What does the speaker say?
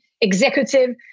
executive